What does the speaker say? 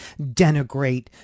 denigrate